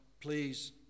please